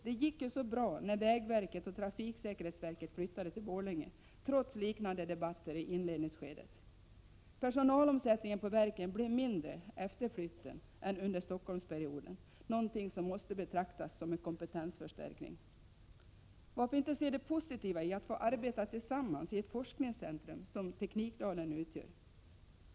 Det gick ju så bra när vägverket och trafiksäkerhetsverket flyttade till Borlänge, trots liknande debatter i inledningsskedet. Personalomsättningen på verken blev mindre efter omlokaliseringen än under Stockholmsperioden, något som måste betraktas som en kompetensförstärkning. Varför inte se det positiva i att få arbeta tillsammans i det forskningscentrum som Teknikdalen utgör?